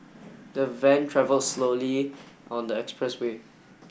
the van travelled slowly on the expressway